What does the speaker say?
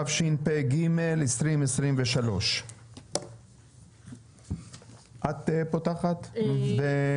התשפ"ג- 2023. את